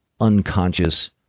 unconscious